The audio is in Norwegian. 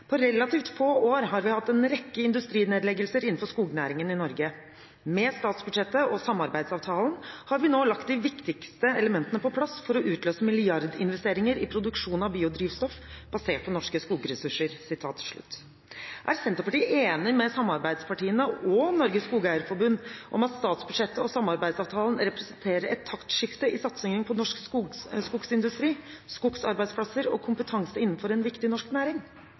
på relativt få år har hatt en rekke industrinedleggelser innenfor skognæringen i Norge, og at vi med statsbudsjettet og samarbeidsavtalen nå har lagt de viktigste elementene på plass for å utløse milliardinvesteringer i produksjon av biodrivstoff basert på norske skogressurser. Er Senterpartiet enig med samarbeidspartiene og Norges Skogeierforbund i at statsbudsjettet og samarbeidsavtalen representerer et taktskifte i satsingen på norsk skogindustri, skogsarbeidsplasser og kompetanse innenfor en viktig norsk næring?